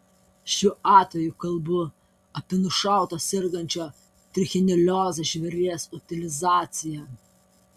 šiuo atveju kalbu apie nušauto sergančio trichinelioze žvėries utilizaciją